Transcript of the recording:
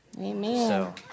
Amen